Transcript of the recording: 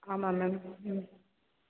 ஆமாம் மேம் ம்ம்